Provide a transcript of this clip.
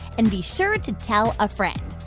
and be sure to tell a friend.